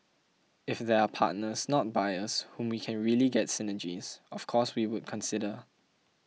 if there are partners not buyers whom we can really get synergies of course we would consider